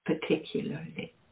particularly